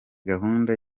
gahunda